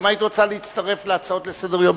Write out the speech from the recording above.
אם היית רוצה להצטרף להצעות לסדר-היום,